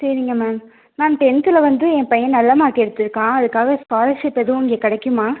சரிங்க ma'am ma'am டென்த்தில் வந்து என் பையன் நல்ல மார்க் எடுத்துருக்கான் அதுக்காக ஸ்காலர்ஷிப் எதுவும் இங்கே கிடைக்குமா